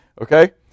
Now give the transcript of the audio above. okay